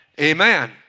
Amen